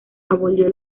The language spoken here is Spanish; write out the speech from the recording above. abolió